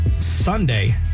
Sunday